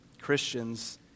Christians